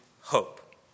hope